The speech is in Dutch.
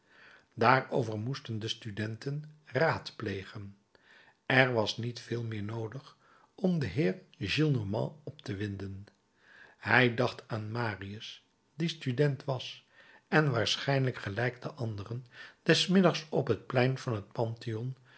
daarover moesten de studenten raadplegen er was niet veel meer noodig om den heer gillenormand op te winden hij dacht aan marius die student was en waarschijnlijk gelijk de anderen des middags op het plein van het pantheon